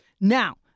Now